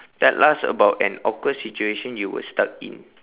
tell us about an awkward situation you were stuck in